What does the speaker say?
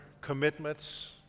commitments